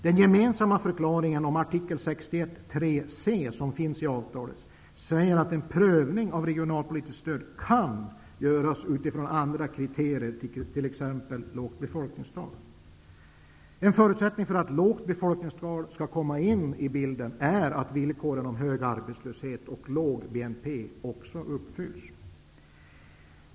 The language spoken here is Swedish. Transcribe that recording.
Den gemensamma förklaringen om artikel 61.3 c säger att en prövning av regionalpolitiskt stöd kan göras utifrån andra kriterier, t.ex. lågt befolkningstal. En förutsättning för att lågt befolkningstal skall komma in i bilden är att villkoret för hög arbetslöshet och låg BNP också uppfylls.